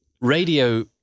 Radio